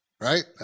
right